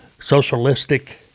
socialistic